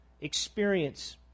experience